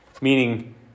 meaning